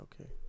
okay